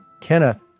Kenneth